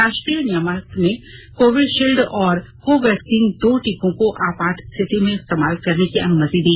राष्ट्रीय नियामक ने कोविशील्ड और कोवैक्सीन दो टीकों को आपात स्थिति में इस्तेमाल करने की अनुमति दी